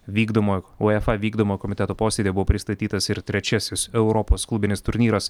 vykdomojo uefa vykdomojo komiteto posėdyje buvo pristatytas ir trečiasis europos klubinis turnyras